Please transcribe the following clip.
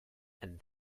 and